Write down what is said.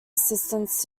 assistance